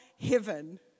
heaven